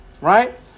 right